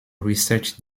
researched